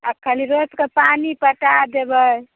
आ कनि रोपि कऽ पानि पटा देबै